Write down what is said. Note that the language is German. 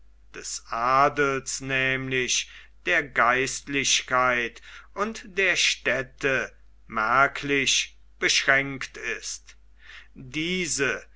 des adels nämlich der geistlichkeit und der städte merklich beschränkt ist diese